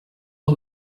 del